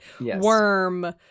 worm